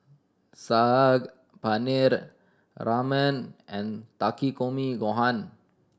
Saag Paneer Ramen and Takikomi Gohan